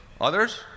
Others